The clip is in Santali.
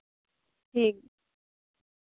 ᱴᱷᱤᱠ